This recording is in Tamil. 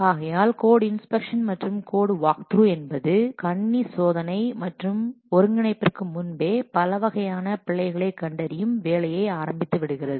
ஆகையால் கோட் இன்ஸ்பெக்ஷன் மற்றும் கோட் வாக்த்ரூ என்பது கணினி சோதனை மற்றும் ஒருங்கிணைப்பிற்கு முன்பே பலவகையான பிழைகளை கண்டறியும் வேலையை ஆரம்பித்து விடுகிறது